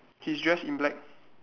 he's dressed in black